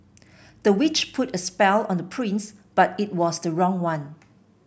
the witch put a spell on the prince but it was the wrong one